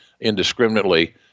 indiscriminately